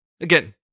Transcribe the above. again